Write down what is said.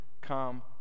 come